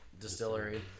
distillery